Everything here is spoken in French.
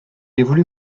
évolue